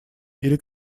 или